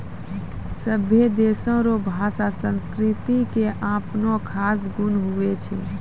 सभै देशो रो भाषा संस्कृति के अपनो खास गुण हुवै छै